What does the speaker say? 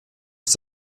ist